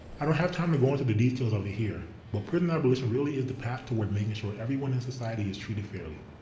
i don't have time to go into the details of it here, but prison abolition really is the path toward making sure everyone in society is treated fairly.